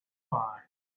find